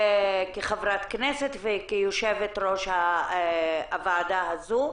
כחברת כנסת וכיושבת-ראש הוועדה הזו.